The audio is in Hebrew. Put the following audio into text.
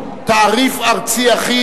איסור התקשרות),